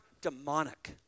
demonic